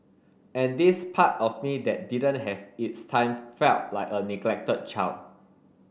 and this part of me that didn't have its time felt like a neglected child